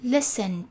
Listen